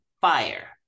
fire